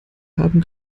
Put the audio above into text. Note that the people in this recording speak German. haben